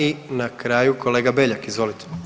I na kraju kolega Beljak, izvolite.